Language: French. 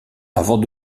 avant